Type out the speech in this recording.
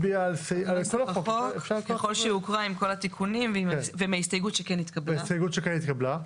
עם כל התיקונים ועם ההסתייגות שכן התקבלה.